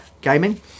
gaming